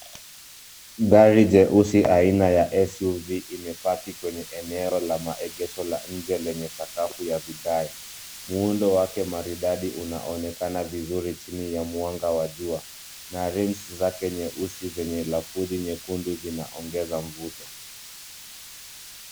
Gari jeusi aina ya SUV imepaki kwenye eneo la maegesho la inje lenye sakafu ya vigae. Muundo wake maridadi unaonekana vizuri chini ya mwanga wa jua na rims zake nyeusi zenye lafudhi nyekundu zinaongeza mvuto.